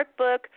workbook